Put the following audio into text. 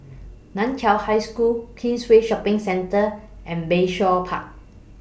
NAN Chiau High School Queensway Shopping Centre and Bayshore Park